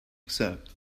excerpt